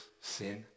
sin